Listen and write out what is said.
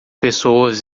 pessoas